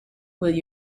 will